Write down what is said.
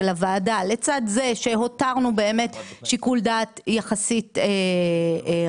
הוועדה לצד זה שהותרנו באמת שיקול דעת יחסית רחב,